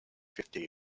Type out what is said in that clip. fifty